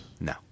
No